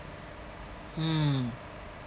hmm